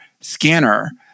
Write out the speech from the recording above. scanner